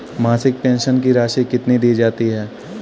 मासिक पेंशन की राशि कितनी दी जाती है?